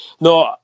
no